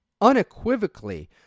Unequivocally